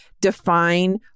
define